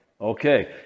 okay